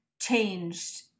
changed